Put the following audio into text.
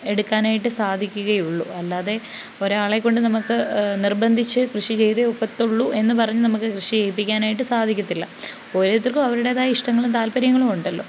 എടുക്കാനായിട്ട് സാധിക്കുകയുള്ളൂ അല്ലാതെ ഒരാളെ കൊണ്ട് നമുക്ക് നിർബന്ധിച്ച് കൃഷി ചെയ്തെ ഒക്കത്തൊള്ളൂ എന്ന് പറഞ്ഞ് നമുക്ക് കൃഷി ചെയ്യിപ്പിക്കാനായിട്ട് സാധിക്കത്തില്ല ഓരോരുത്തർക്കും അവരുടെതായ ഇഷ്ടങ്ങളും താല്പര്യങ്ങളും ഉണ്ടല്ലോ